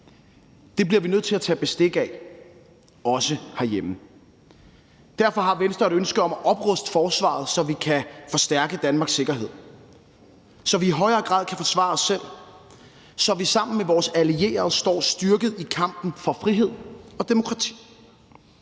Det bliver vi nødt til at tage bestik af, også herhjemme. Derfor har Venstre et ønske om at opruste forsvaret, så vi kan forstærke Danmarks sikkerhed, så vi i højere grad kan forsvare os selv, så vi sammen med vores allierede står styrket i kampen for frihed og demokrati.